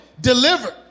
delivered